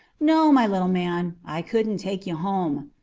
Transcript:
no, my little man, i couldn't take you home.